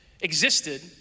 existed